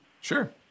sure